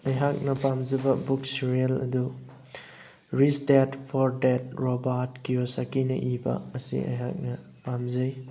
ꯑꯩꯍꯥꯛꯅ ꯄꯥꯝꯖꯕ book serial ꯑꯗꯨ rich dad poor dad Robert ꯀꯤꯌꯣꯁꯥꯀꯤꯅ ꯏꯕ ꯑꯁꯤ ꯑꯩꯍꯥꯛꯅ ꯄꯥꯝꯖꯩ